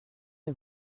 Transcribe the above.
est